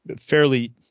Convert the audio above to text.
fairly